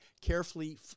carefully